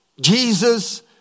Jesus